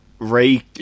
Ray